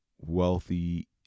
wealthy